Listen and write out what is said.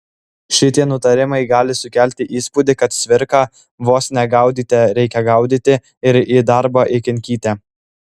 šitie nutarimai gali sukelti įspūdį kad cvirką vos ne gaudyte reikia gaudyti ir į darbą įkinkyti